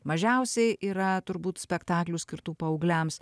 mažiausiai yra turbūt spektaklių skirtų paaugliams